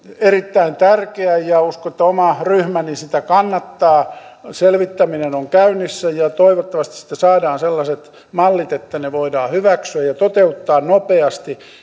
erittäin tärkeä ja uskon että oma ryhmäni sitä kannattaa selvittäminen on käynnissä ja toivottavasti siitä saadaan sellaiset mallit että ne voidaan hyväksyä ja toteuttaa nopeasti